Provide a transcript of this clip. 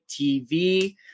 TV